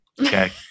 Okay